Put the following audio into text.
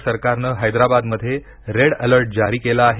राज्य सरकारनं हैदराबादमध्ये रेड अलर्ट जारी केला आहे